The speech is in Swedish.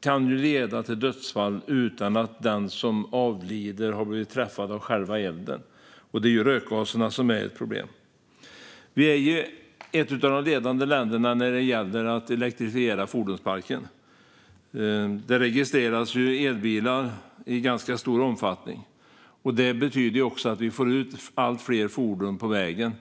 kan även leda till dödsfall utan att den som avlider har träffats av själva elden; då är det rökgaserna som är ett problem. Vi är ett av de ledande länderna när det gäller att elektrifiera fordonsparken. Det registreras elbilar i ganska stor omfattning, vilket betyder att vi får ut allt fler eldrivna fordon på vägarna.